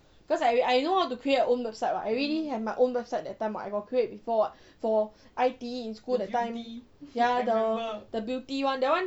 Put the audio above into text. cause I I know how to create my own website what I already have my own website that time I got create before [what] for I_T_E in school that time the beauty one that one